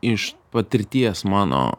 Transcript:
iš patirties mano